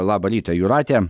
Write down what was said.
labą rytą jūrate